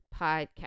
podcast